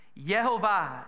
Yehovah